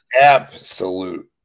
absolute